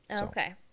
Okay